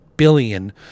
Billion